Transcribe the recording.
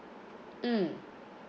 mm